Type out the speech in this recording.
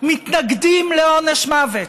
מתנגדים לעונש מוות.